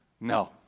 No